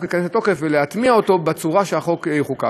שהחוק ייכנס לתוקף ולהטמיע אותו בצורה שהחוק יחוקק.